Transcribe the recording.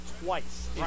twice